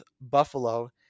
Buffalo